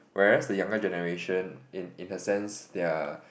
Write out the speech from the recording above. whereas the younger generation in in the sense they're